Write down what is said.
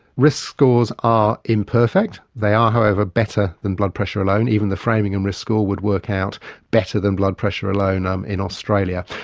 risk scores are imperfect, they are however better than blood pressure alone. even the framingham risk score would work out better than blood pressure alone um in australia.